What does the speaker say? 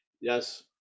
Yes